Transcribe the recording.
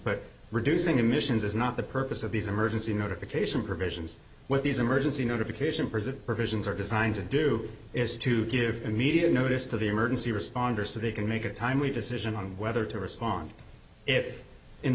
but reducing emissions is not the purpose of these emergency notification provisions where these emergency notification present provisions are designed to do is to give immediate notice to the emergency responder so they can make a timely decision on whether to respond if in